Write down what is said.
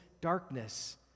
darkness